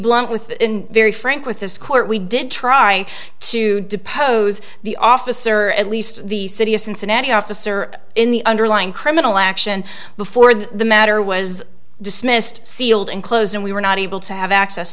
blunt with very frank with this court we did trying to depose the officer at least the city of cincinnati officer in the underlying criminal action before that the matter was dismissed sealed and closed and we were not able to have access